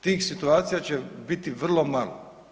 Tih situacija će biti vrlo malo.